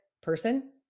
person